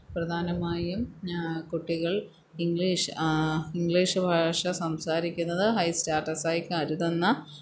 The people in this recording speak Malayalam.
പ്രധാനമായും കുട്ടികള് ഇംഗ്ലീഷ് ഇംഗ്ലീഷ് ഭാഷ സംസാരിക്കുന്നത് ഹൈ സ്റ്റാറ്റസായി കരുതുന്ന